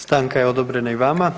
Stanka je odobrena i vama.